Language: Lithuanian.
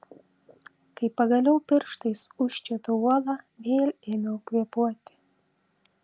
kai pagaliau pirštais užčiuopiau uolą vėl ėmiau kvėpuoti